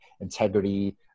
integrity